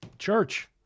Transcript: Church